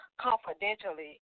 confidentially